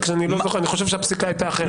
אני חושב שהפסיקה הייתה אחרת.